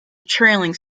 trailing